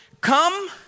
Come